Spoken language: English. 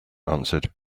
answered